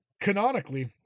canonically